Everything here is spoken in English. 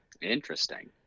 Interesting